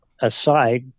aside